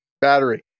battery